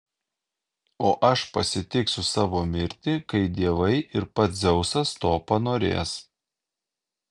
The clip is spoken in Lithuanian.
o aš pasitiksiu savo mirtį kai dievai ir pats dzeusas to panorės